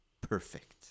perfect